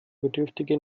bedürftige